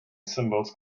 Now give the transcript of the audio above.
symbols